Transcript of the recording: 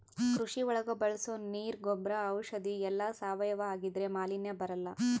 ಕೃಷಿ ಒಳಗ ಬಳಸೋ ನೀರ್ ಗೊಬ್ರ ಔಷಧಿ ಎಲ್ಲ ಸಾವಯವ ಆಗಿದ್ರೆ ಮಾಲಿನ್ಯ ಬರಲ್ಲ